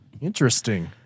Interesting